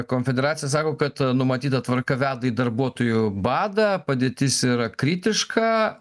konfederacija sako kad numatyta tvarka veda į darbuotojų badą padėtis yra kritiška